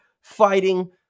fighting